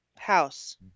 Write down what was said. house